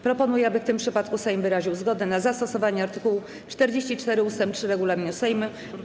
Proponuję, aby w tym przypadku Sejm wyraził zgodę na zastosowanie art. 44 ust. 3 regulaminu Sejmu.